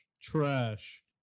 trash